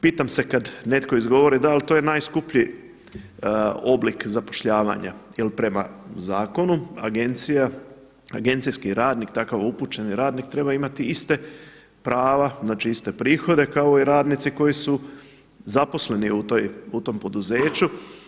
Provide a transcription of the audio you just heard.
Pitam se kada netko izgovori da ali to je najskuplji oblik zapošljavanja jel prema zakonu agencija, agencijski radnik takav upućeni radnik treba imati ista prava, znači iste prihode kao i radnici koji su zaposleni u tom poduzeću.